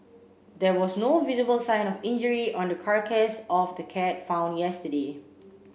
there was no visible sign of injury on the carcass of the cat found yesterday